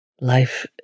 life